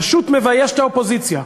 פשוט מבייש את האופוזיציה.